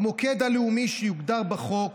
1. המוקד הלאומי שיוגדר בחוק